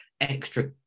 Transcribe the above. extra